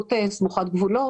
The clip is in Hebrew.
התיישבות סמוכת גבולות,